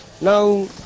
Now